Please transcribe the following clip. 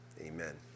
amen